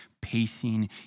pacing